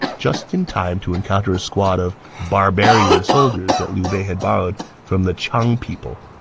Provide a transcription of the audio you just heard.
just in time to encounter a squad of barbarian soldiers that liu bei had borrowed from the qiang people.